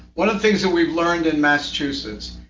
one of the things that we've learned in massachusetts,